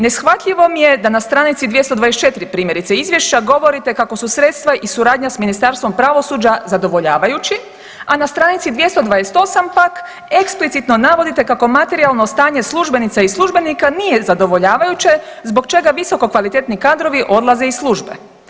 Neshvatljivo mi je da na str. 224 primjerice izvješća govorite kako su sredstva i suradnja s Ministarstvom pravosuđa zadovoljavajući, a na str. 228 pak eksplicitno navodite kako materijalno stanje službenica i službenika nije zadovoljavajuće zbog čega visoko kvalitetni kadrovi odlaze iz službe.